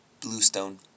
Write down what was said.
bluestone